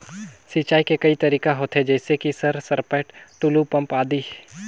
सिंचाई के कई तरीका होथे? जैसे कि सर सरपैट, टुलु पंप, आदि?